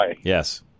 Yes